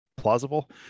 Plausible